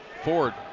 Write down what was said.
Ford